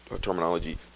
terminology